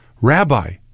Rabbi